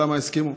למה הסכימו.